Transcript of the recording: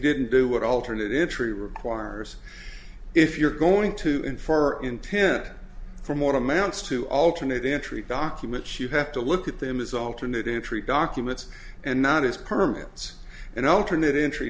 didn't do what alternate entry requires if you're going to in far intend for more amounts to alternate entry documents you have to look at them as alternate entry documents and not as permits and alternate intr